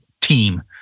team